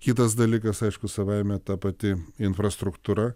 kitas dalykas aišku savaime ta pati infrastruktūra